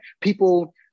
people